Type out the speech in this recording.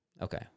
Okay